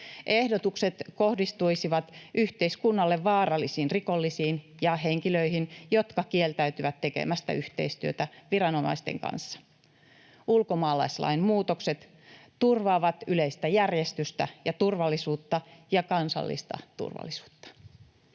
Ehdotukset kohdistuisivat yhteiskunnalle vaarallisiin rikollisiin ja henkilöihin, jotka kieltäytyvät tekemästä yhteistyötä viranomaisten kanssa. Ulkomaalaislain muutokset turvaavat yleistä järjestystä ja turvallisuutta ja kansallista turvallisuutta.